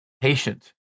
patient